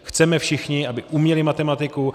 Chceme všichni, aby uměli matematiku.